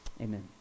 Amen